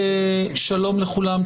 שלום לכולם,